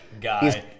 guy